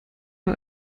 man